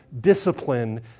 discipline